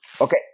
Okay